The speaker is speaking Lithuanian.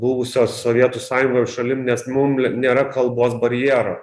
buvusios sovietų sąjungos šalim nes mum nėra kalbos barjero